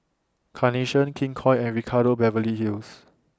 Carnation King Koil and Ricardo Beverly Hills